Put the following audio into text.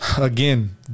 Again